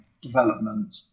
development